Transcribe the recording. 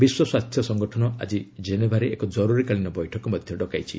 ବିଶ୍ୱ ସ୍ୱାସ୍ଥ୍ୟ ସଂଗଠନ ଆଜି କେନେଭାରେ ଏକ ଜରୁରୀକାଳୀନ ବୈଠକ ଡକାଇଛି